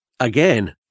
Again